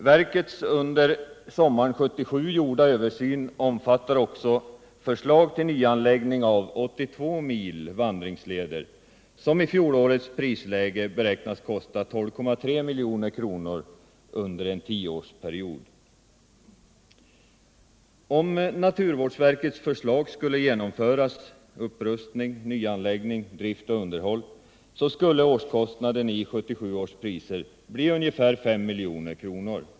Verkets under sommaren 1977 gjorda översyn omfattar också förslag till nyanläggning av 82 mil vandringsleder, som i 1977 års prisläge beräknas kosta 12,3 milj.kr. under en tioårsperiod. Om naturvårdsverkets förslag skulle genomföras — upprustning, nyanläggning, drift och underhåll — skulle årskostnaden i 1977 års priser bli 5 milj.kr.